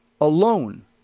Alone